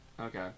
Okay